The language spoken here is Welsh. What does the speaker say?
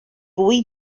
fwy